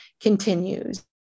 continues